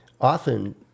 often